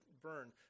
burn